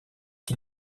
qui